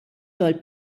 xogħol